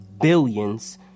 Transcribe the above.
billions